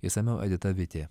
išsamiau edita vitė